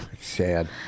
Sad